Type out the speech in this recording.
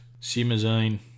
Simazine